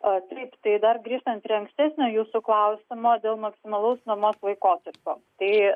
a taip tai dar grįžtant prie ankstesnio jūsų klausimo dėl maksimalaus nuomos laikotarpio tai